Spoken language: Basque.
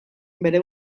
bere